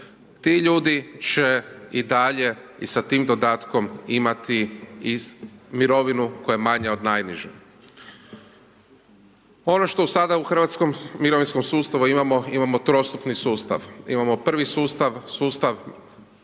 Ti ljudi će i dalje i sa tim dodatkom imati mirovinu koja je manja on najniže. Ono što sada u hrvatskom mirovinskom sustavu imamo, imamo trostupni sustav. Imamo prvi sustav, sustav